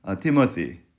Timothy